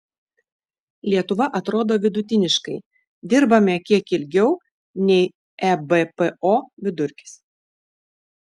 lietuva atrodo vidutiniškai dirbame kiek ilgiau nei ebpo vidurkis